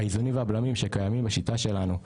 האיזונים והבלמים שקיימים בשיטה שלנו,